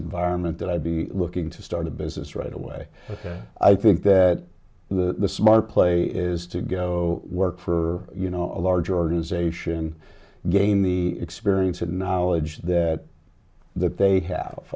environment that i'd be looking to start a business right away and i think that the smart play is to go work for you know a large organization gain the experience and knowledge that that they have